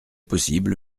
possible